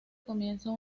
comienzan